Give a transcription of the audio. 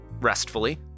restfully